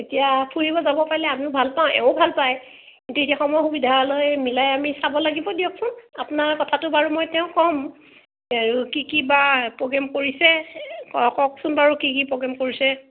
এতিয়া ফুৰিব যাব পাৰিলে আমিও ভাল পাওঁ এৱোঁ ভাল পায় কিন্তু এতিয়া সময় সুবিধা লৈ মিলাই আমি চাব লাগিব দিয়কচোন আপোনাৰ কথাটো বাৰু মই তেওঁক কম এওঁ কি কি বা প্ৰগ্ৰেম কৰিছে কওকচোন বাৰু কি কি প্ৰগ্ৰেম কৰিছে